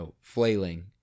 flailing